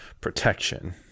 protection